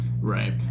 Right